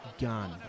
gun